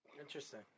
Interesting